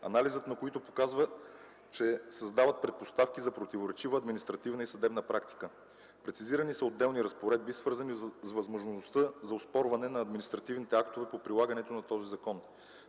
анализът на които показва, че създават предпоставки за противоречива административна и съдебна практика. Прецизирани са отделни разпоредби, свързани с възможността за оспорване на административните актове по прилагането на този закон.